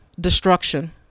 destruction